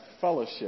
fellowship